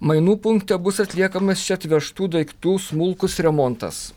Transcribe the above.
mainų punkte bus atliekamas čia atvežtų daiktų smulkus remontas